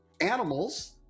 animals